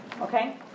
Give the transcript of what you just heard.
Okay